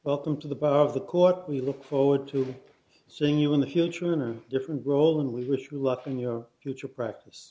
welcome to the bar of the court we look forward to seeing you in the future in a different role and we wish you luck in your future practice